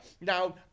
now